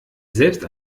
selbst